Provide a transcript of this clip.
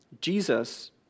Jesus